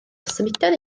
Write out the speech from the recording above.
symudodd